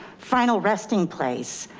final resting place,